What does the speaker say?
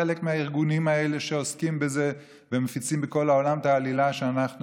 חלק מהארגונים האלה שעוסקים בזה ומפיצים בכל העולם את העלילה שאנחנו,